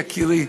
יקירי,